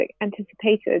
anticipated